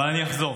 אבל אני אחזור.